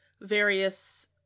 various